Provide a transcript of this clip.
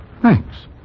Thanks